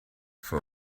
for